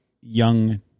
young